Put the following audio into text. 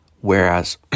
whereas